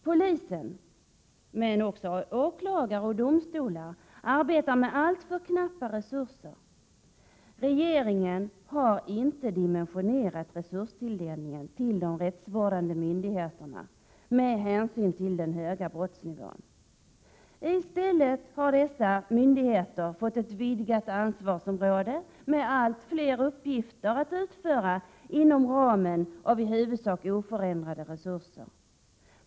Polisen, men även åklagare och domstolar, arbetar med alltför knappa resurser. Regeringen har inte dimensionerat resurstilldelningen till de rättsvårdande myndigheterna med hänsyn till den höga brottsnivån. I stället har dessa myndigheter fått ett vidgat ansvarsområde, med allt fler uppgifter att utföra inom ramen för i huvudsak oförändrade resurser.